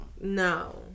No